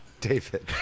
David